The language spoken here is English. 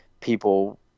people